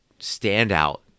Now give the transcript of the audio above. standout